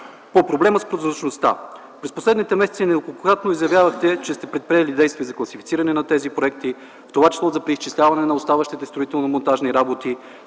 По проблема с прозрачността. През последните месеци неколкократно заявявахте, че сте предприели действия за класифициране на тези проекти, в това число за преизчисляване на оставащите строително-монтажни работи;